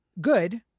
good